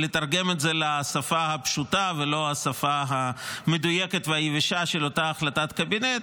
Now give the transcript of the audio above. ולתרגם את זה לשפה הפשוטה ולא בשפה המדויקת והיבשה של אותה החלטת קבינט: